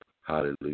hallelujah